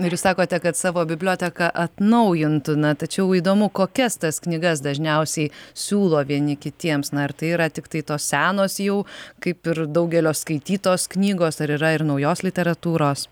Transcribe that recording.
ir jūs sakote kad savo biblioteką atnaujintų na tačiau įdomu kokias tas knygas dažniausiai siūlo vieni kitiems na ar tai yra tiktai tos senos jau kaip ir daugelio skaitytos knygos ar yra ir naujos literatūros